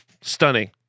Stunning